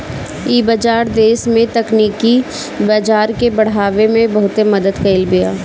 इ बाजार देस में तकनीकी बाजार के बढ़ावे में बहुते मदद कईले बिया